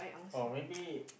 oh maybe